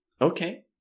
Okay